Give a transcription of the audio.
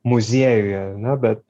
muziejuje ane bet